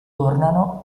tornano